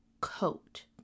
coat